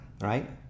right